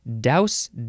Douse